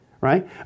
right